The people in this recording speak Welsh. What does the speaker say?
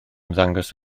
ymddangos